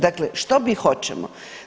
Dakle, što mi hoćemo?